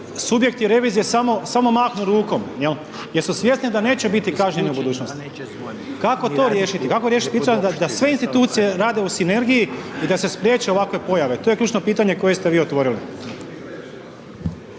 subjekti revizije samo mahnu rukom, jel', jer su svjesni da neće biti kažnjeni u budućnosti, kako to riješiti, kako riješiti .../Govornik se ne razumije./... da sve institucije rade u sinergiji i da se spriječe ovakve pojave? To je ključno pitanje koje ste vi otvorili.